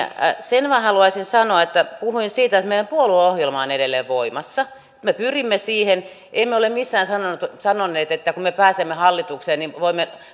sen minä haluaisin sanoa että puhuin siitä että meidän puolueohjelmamme on edelleen voimassa me pyrimme siihen emme ole missään sanoneet sanoneet että kun me pääsemme hallitukseen niin voimme